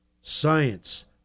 science